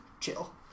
chill